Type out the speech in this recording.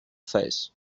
face